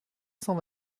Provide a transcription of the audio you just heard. cent